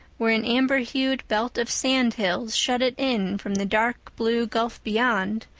where an amber-hued belt of sand-hills shut it in from the dark blue gulf beyond,